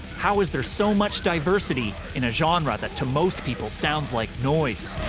how is there so much diversity in a genre that, to most people, sounds like noise?